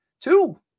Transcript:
Two